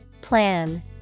Plan